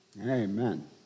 Amen